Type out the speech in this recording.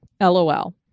lol